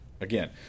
again